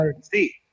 See